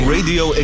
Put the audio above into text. Radio